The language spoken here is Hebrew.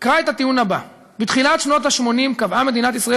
"קרא את הטיעון הבא: בתחילת שנות ה-80 קבעה מדינת ישראל